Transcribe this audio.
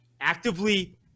actively